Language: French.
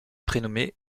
prénommée